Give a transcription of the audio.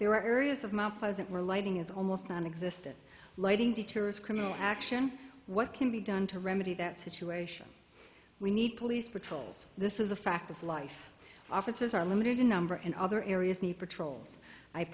there are areas of mount pleasant were lighting is almost nonexistent lighting detour is criminal action what can be done to remedy that situation we need police patrols this is a fact of life officers are limited in number and other areas need patrols i